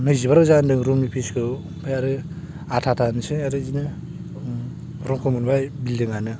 नैजिबा रोजा होनदों रुमनि फिसखौ ओमफ्राय आरो आधा आधा होनोसैसे आरो बिदिनो रुमखौ मोनबाय बिल्दिङानो